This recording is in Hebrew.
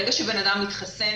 ברגע שבן אדם מתחסן,